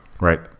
Right